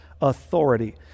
authority